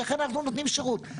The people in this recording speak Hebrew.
איך אנחנו נותנים שירות.